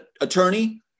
attorney